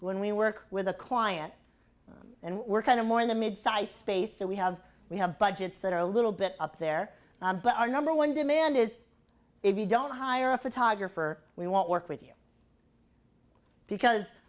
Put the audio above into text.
when we work with a client and we're kind of more in the mid size space so we have we have budgets that are a little bit up there but our number one demand is if you don't hire a photographer we won't work with you because